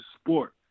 sport